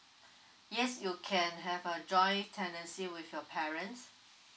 yes you can have a joint tendency with your parents